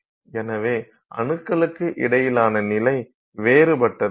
எனவே அணுக்களுக்கு இடையிலான நிலை வேறுபட்டது